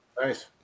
Nice